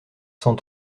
cent